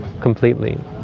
completely